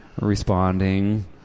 responding